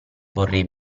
vorrei